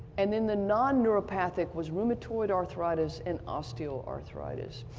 and then the non-neuropathic was rheumatoid arthritis and osteoarthritis.